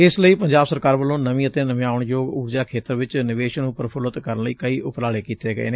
ਇਸ ਲਈ ਪੰਜਾਬ ਸਰਕਾਰ ਵੱਲੋਂ ਨਵੀ ਅਤੇ ਨਵਿਆਉਣਯੋਗ ਉਰਜਾ ਖੇਤਰ ਵਿੱਚ ਨਿਵੇਸ਼ ਨੂੰ ਪ੍ਰਫੱਲਤ ਕਰਨ ਲਈ ਕਈ ਉਪਰਾਲੇ ਕੀਤੇ ਗਏ ਨੇ